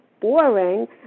boring